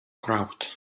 crowd